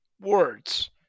words